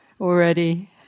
already